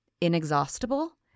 inexhaustible